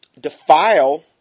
defile